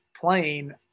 playing